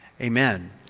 Amen